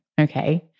okay